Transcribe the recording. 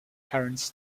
parents